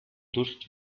durst